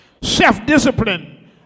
self-discipline